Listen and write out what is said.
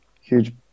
huge